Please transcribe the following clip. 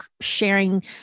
sharing